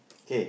okay